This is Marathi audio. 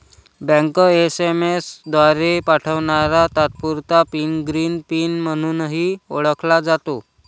बँक एस.एम.एस द्वारे पाठवणारा तात्पुरता पिन ग्रीन पिन म्हणूनही ओळखला जातो